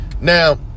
Now